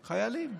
חיילים.